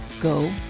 go